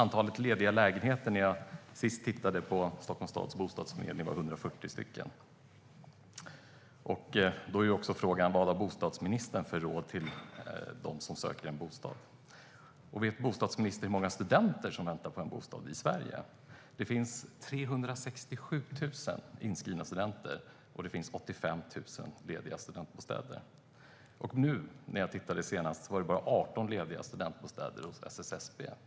När jag senast tittade på Stockholms stads bostadsförmedling fanns det 140 lediga lägenheter. Då är ju frågan: Vad har bostadsministern för råd till dem som söker en bostad? Vet bostadsministern hur många studenter som väntar på en bostad i Sverige? Vi har 367 000 inskrivna studenter, och det finns 85 000 lediga studentbostäder. När jag tittade senast fanns det bara 18 lediga studentbostäder hos SSSB.